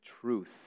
truth